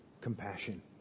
compassion